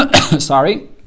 sorry